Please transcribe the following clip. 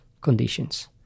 conditions